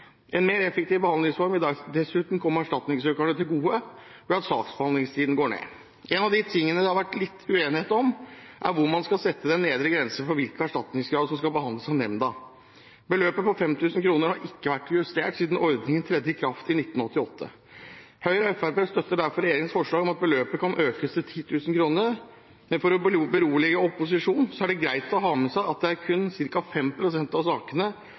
En mer effektiv behandlingsform vil dessuten komme erstatningssøkerne til gode ved at saksbehandlingstiden går ned. En av tingene det har vært litt uenighet om, er hvor man skal sette den nedre grensen for hvilke erstatningskrav som skal behandles av nemnda. Beløpet på 5 000 kr har ikke vært justert siden ordningen trådte i kraft i 1998. Høyre og Fremskrittspartiet støtter derfor regjeringens forslag om at beløpet kan økes til 10 000 kr, men for å berolige opposisjonen er det greit å ha med seg at det kun er ca. 5 pst. av sakene